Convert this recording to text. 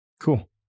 Cool